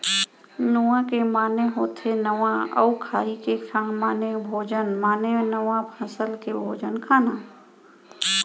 नुआ के माने होथे नवा अउ खाई के माने भोजन माने नवा फसल के भोजन खाना